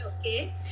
okay